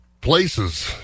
places